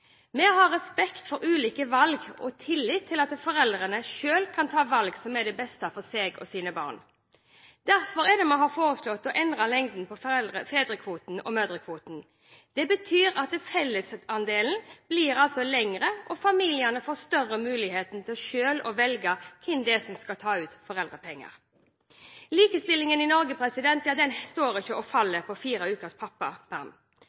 Vi har respekt for ulike valg og tillit til at foreldrene selv kan ta valg som er til det beste for seg og sine barn. Derfor har vi foreslått å endre lengden på fedrekvoten og mødrekvoten. Det betyr at fellesdelen blir lengre, og familiene får større mulighet til selv å velge hvem av dem som skal ta ut foreldrepenger. Likestillingen i Norge står og faller ikke på fire ukers pappaperm. For meg og